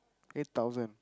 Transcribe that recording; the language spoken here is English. eight thousand